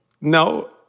No